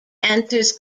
enters